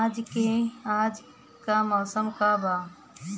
आज क मौसम का कहत बा?